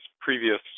previous